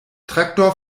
traktor